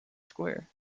square